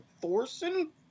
Thorson